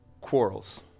quarrels